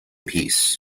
peace